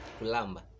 Kulamba